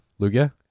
Lugia